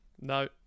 No